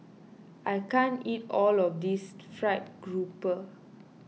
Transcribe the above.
I can't eat all of this Fried Grouper